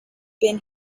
been